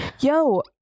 yo